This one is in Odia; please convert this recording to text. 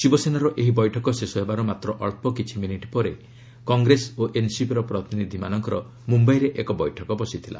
ଶିବସେନାର ଏହି ବୈଠକ ଶେଷ ହେବାର ମାତ୍ର ଅଞ୍ଚ କିଛି ମିନିଟ୍ ପରେ କଂଗ୍ରେସ ଓ ଏନ୍ସିପିର ପ୍ରତିନିଧିମାନଙ୍କର ମୁମ୍ଭାଇରେ ଏକ ବୈଠକ ବସିଥିଲା